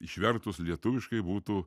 išvertus lietuviškai būtų